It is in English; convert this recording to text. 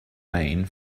maine